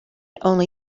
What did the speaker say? only